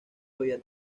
había